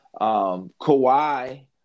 Kawhi